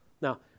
Now